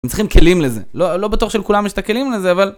הם צריכים כלים לזה. לא בטוח שלכולם יש את הכלים לזה, אבל...